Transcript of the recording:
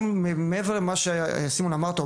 מעבר למה שאמרת סימון,